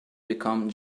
become